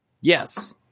Yes